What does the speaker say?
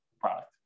product